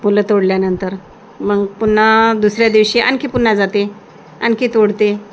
फुलं तोडल्यानंतर मग पुन्हा दुसऱ्या दिवशी आणखी पुन्हा जाते आणखी तोडते